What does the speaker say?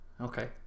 Okay